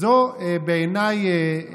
זו בעיניי